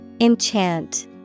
Enchant